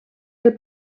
del